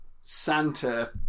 Santa